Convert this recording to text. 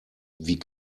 wie